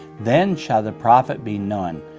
then shall the prophet be known,